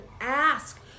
ask